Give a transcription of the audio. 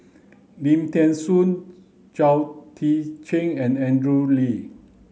Lim Thean Soo Chao Tzee Cheng and Andrew Lee